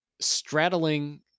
straddling